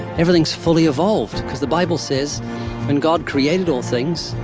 everything's fully evolved, cause the bible says when god created all things,